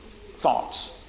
thoughts